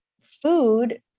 food